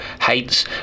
hates